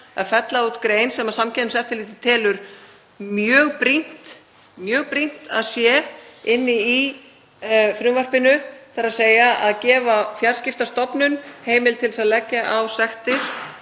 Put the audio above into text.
að fella út grein sem Samkeppniseftirlitið telur mjög brýnt að sé inni í frumvarpinu, þ.e. að gefa Fjarskiptastofnun heimild til að leggja á sektir